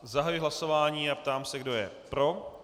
Zahajuji hlasování a ptám se, kdo je pro.